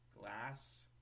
glass